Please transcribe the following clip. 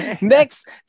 Next